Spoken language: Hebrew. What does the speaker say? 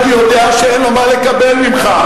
כי הוא יודע שאין לו מה לקבל ממך.